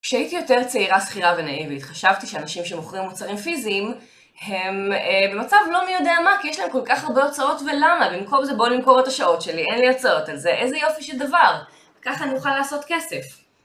כשהייתי יותר צעירה, שכירה ונאיבית, חשבתי שאנשים שמוכרים מוצרים פיזיים הם אה.. במצב לא מי יודע מה, כי יש להם כל כך הרבה הוצאות ולמה? במקום את זה בואו למכור את השעות שלי, אין לי הוצאות על זה, איזה יופי של דבר! ככה אני אוכל לעשות כסף.